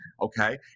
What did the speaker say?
okay